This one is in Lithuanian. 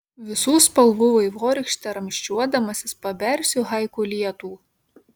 visų spalvų vaivorykšte ramsčiuodamasis pabersiu haiku lietų